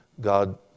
God